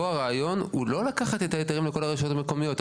פה הרעיון הוא לא לקחת את ההיתרים מכל הרשויות המקומיות,